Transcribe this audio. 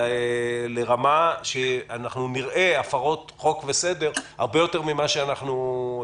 לרמה שאנחנו נראה הפרות חוק וסדר הרבה יותר מאשר אנחנו רגילים.